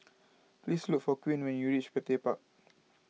please look for Queen when you reach Petir Park